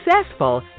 successful